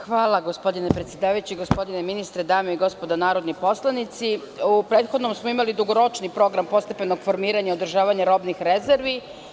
Hvala gospodine predsedavajući, gospodine ministre, dame i gospodo narodni poslanici, u prethodnom smo imali dugoročni program postepenog formiranja i održavanja robnih rezervi.